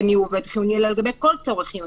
מיהו עובד חיוני אלא לגבי כל צורך חיוני.